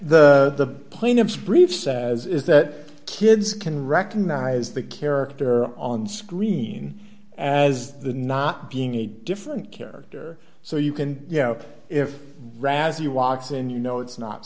the plaintiff's brief says is that kids can recognize the character on screen as the not being a different character so you can you know if razz you walks in you know it's not